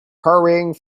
hurrying